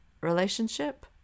relationship